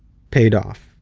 paid off.